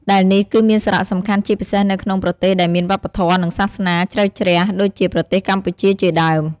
ដែលនេះគឺមានសារៈសំខាន់ជាពិសេសនៅក្នុងប្រទេសដែលមានវប្បធម៌ និងសាសនាជ្រៅជ្រះដូចជាប្រទេសកម្ពុជាជាដើម។